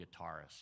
guitarist